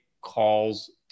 calls